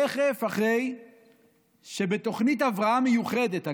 תכף אחרי שבתוכנית הבראה מיוחדת,